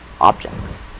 objects